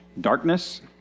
darkness